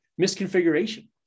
misconfiguration